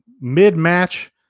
mid-match